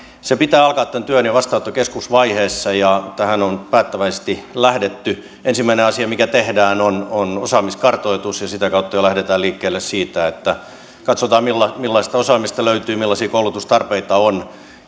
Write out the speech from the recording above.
työn pitää alkaa jo vastaanottokeskusvaiheessa ja tähän on päättäväisesti lähdetty ensimmäinen asia mikä tehdään on on osaamiskartoitus ja sitä kautta jo lähdetään liikkeelle katsotaan millaista osaamista löytyy millaisia koulutustarpeita on